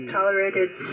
tolerated